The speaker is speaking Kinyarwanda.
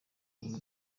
y’u